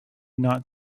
not